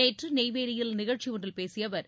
நேற்று நெய்வேலியில் நிகழ்ச்சியொன்றில் பேசிய அவர்